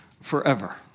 forever